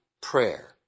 prayer